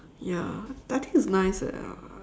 ya but I think it's nice that uh